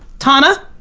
tana.